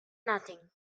nothing